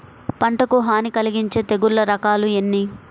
పంటకు హాని కలిగించే తెగుళ్ళ రకాలు ఎన్ని?